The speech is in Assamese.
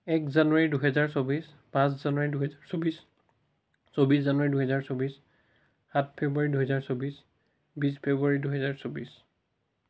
এক জানুৱাৰী দুহেজাৰ চৌব্বিছ পাঁচ জানুৱাৰী দুহেজাৰ চৌব্বিছ চৌব্বিছ জানুৱাৰী দুহেজাৰ চৌব্বিছ সাত ফেব্ৰুৱাৰী দুহেজাৰ চৌব্বিছ বিছ ফেব্ৰুৱাৰী দুহেজাৰ চৌব্বিছ